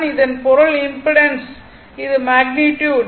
இதன் பொருள் இம்பிடன்ஸ் இது மேக்னிட்யுட்